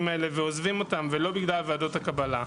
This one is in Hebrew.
האלה ועוזבים אותם ולא בגלל ועדות הקבלה.